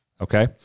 okay